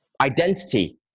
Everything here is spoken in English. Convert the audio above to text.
identity